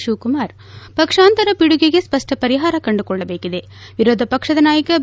ಶಿವಕುಮಾರ್ ಪಕ್ಷಾಂತರ ಪಿಡುಗಿಗೆ ಸ್ಪಷ್ಟ ಪರಿಹಾರ ಕಂಡುಕೊಳ್ಳಬೇಕಿದೆ ವಿರೋಧ ಪಕ್ಷದ ನಾಯಕ ಬಿ